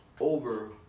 over